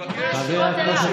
חבר הכנסת,